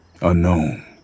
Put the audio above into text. Unknown